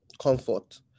comfort